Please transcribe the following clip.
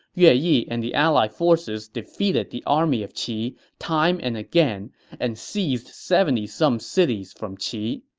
yi yi and the ally forces defeated the army of qi time and again and seized seventy some cities from qi.